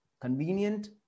convenient